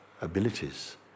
abilities